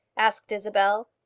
asked isabel.